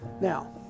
now